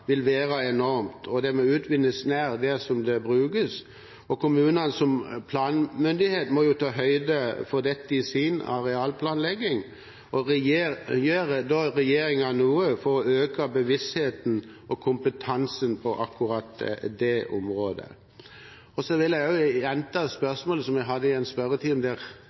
vil være enormt, og det må utvinnes nær der det brukes. Kommunene som planmyndighet må ta høyde for dette i sin arealplanlegging. Gjør regjeringen noe for å øke bevisstheten og kompetansen på akkurat det området? Så vil jeg også gjenta spørsmålet som jeg hadde i en spørretime, der